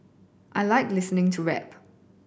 I like listening to rap